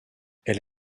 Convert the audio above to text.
elle